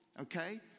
okay